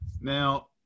Now